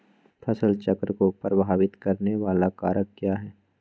फसल चक्र को प्रभावित करने वाले कारक क्या है?